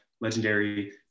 legendary